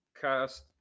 cast